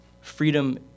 Freedom